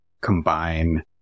combine